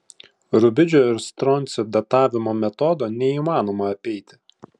rubidžio ir stroncio datavimo metodo neįmanoma apeiti